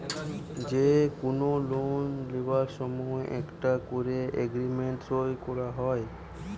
যে কুনো লোন লিবার সময় একটা কোরে এগ্রিমেন্ট সই কোরা হয়